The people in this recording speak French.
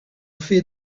fait